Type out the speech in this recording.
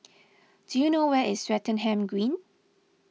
do you know where is Swettenham Green